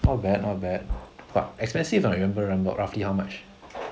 not bad not bad but expensive or not you remember remember roughly how much